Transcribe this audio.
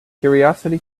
curiosity